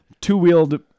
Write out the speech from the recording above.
Two-wheeled